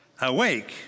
awake